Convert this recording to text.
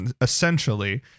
essentially